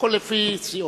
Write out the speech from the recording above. הכול לפי סיעות,